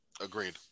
Agreed